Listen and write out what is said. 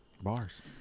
Bars